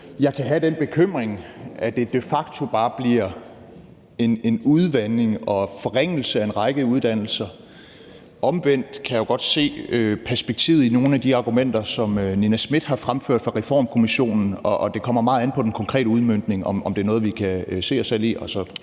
Jeg kan have den bekymring, at det de facto bare bliver en udvanding og en forringelse af en række uddannelser. Omvendt kan jeg jo godt se perspektivet i nogle af de argumenter, som Nina Smith fra Reformkommissionen har fremført, og det kommer meget an på den konkrete udmøntning, om det er noget, vi kan se os selv i,